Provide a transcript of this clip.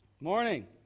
Morning